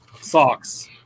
socks